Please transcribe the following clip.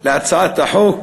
של הצעת החוק